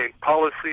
policy